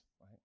right